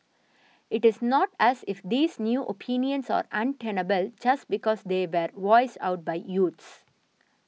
it is not as if these new opinions are untenable just because they voiced out by youths